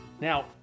Now